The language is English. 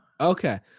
okay